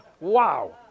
Wow